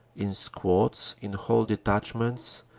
in squads, in whole detachments,